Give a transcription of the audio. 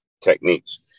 techniques